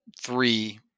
three